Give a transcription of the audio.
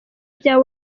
bya